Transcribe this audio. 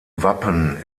wappen